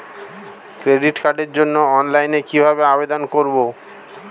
Credit কার্ডের জন্য অনলাইনে কিভাবে আবেদন করব?